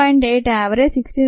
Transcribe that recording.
8 average 16